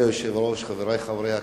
אדוני היושב-ראש, חברי חברי הכנסת,